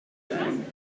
zone